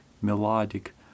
melodic